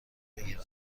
بگیرم